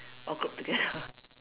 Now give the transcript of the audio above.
all group together